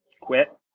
quit